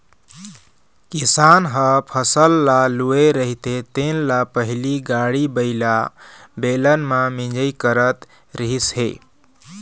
किसान ह फसल ल लूए रहिथे तेन ल पहिली गाड़ी बइला, बेलन म मिंजई करत रिहिस हे